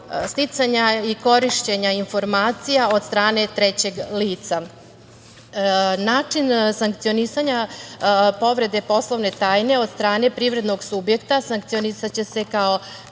sticanja i korišćenja informacija od strane trećeg lica. Način sankcionisanja povrede poslovne tajne od strane privrednog subjekta će se sankcionisati kao